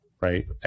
right